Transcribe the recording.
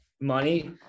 money